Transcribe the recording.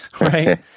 right